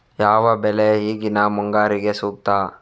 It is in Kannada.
ಯಾವ ಬೆಳೆ ಈಗಿನ ಮುಂಗಾರಿಗೆ ಸೂಕ್ತ?